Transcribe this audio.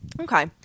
Okay